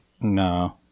No